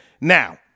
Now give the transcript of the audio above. Now